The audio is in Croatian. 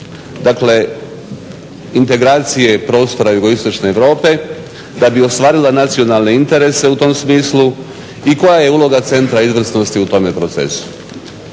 dakle integracije prostora JI Europe, da bi ostvarila nacionalne interese u tom smislu i koja je uloga Centra izvrsnosti u tom procesu.